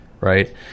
right